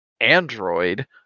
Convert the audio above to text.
Android